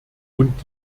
und